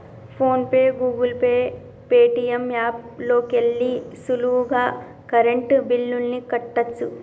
phone pay, Google Pay, Paytm app లోకెల్లి సులువుగా current బిల్లుల్ని కట్టచ్చు